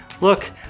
look